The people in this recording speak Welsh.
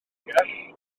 rewgell